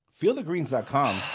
Feelthegreens.com